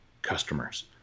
customers